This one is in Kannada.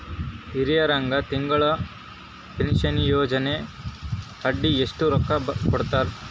ಹಿರಿಯರಗ ತಿಂಗಳ ಪೀನಷನಯೋಜನ ಅಡಿ ಎಷ್ಟ ರೊಕ್ಕ ಕೊಡತಾರ?